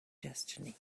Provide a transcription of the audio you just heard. destiny